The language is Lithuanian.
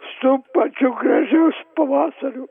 su pačiu gražiausiu pavasariu